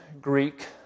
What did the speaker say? Greek